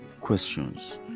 questions